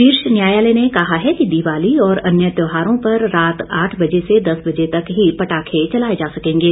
शीर्ष न्यायालय ने कहा है कि दिवाली और अन्य त्योहारों पर रात आठ बजे से दस बजे तक ही पटाखे चलाये जा सकेंगे